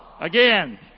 Again